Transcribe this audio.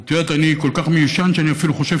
את יודעת, אני כל כך מיושן שאני אפילו חושב